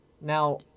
Now